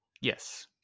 Yes